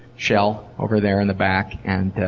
chel, over there in the back. and ah,